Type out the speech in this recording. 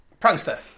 Prankster